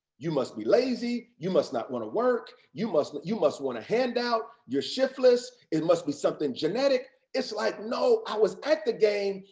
you must be lazy, you must not want to work, you must you must want a handout, you're shiftless, it must be something genetic. it's like, no, i was at the game,